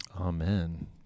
Amen